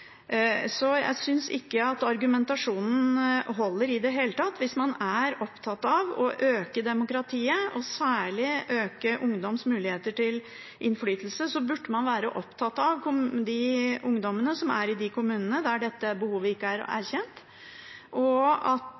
Jeg synes ikke at argumentasjonen holder i det hele tatt. Hvis man er opptatt av å øke demokratiet og særlig øke ungdoms muligheter til innflytelse, burde man være opptatt av de ungdommene i de kommunene der dette behovet ikke er erkjent, og sikre at